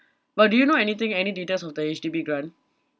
but do you know anything any details of the H_D_B grant